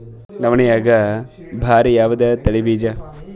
ನವಣಿಯಾಗ ಭಾರಿ ಯಾವದ ತಳಿ ಬೀಜ?